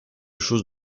chose